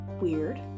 weird